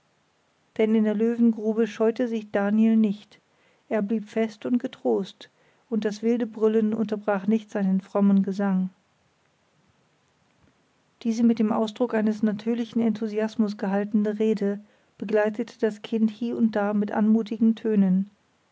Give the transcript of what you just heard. denn in der löwengrube scheute sich daniel nicht er blieb fest und getrost und das wilde brüllen unterbrach nicht seinen frommen gesang diese mit dem ausdruck eines natürlichen enthusiasmus gehaltene rede begleitete das kind hie und da mit anmutigen tönen